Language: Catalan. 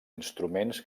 instruments